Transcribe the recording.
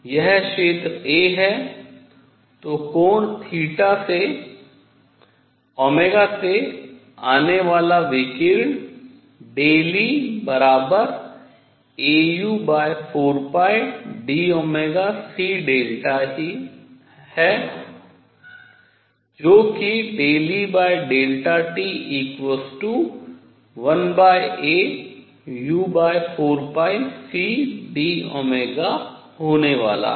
यह क्षेत्र a है तो कोण से से आने वाला विकिरण Eau4dct है जो कि Et1au4cd होने वाला है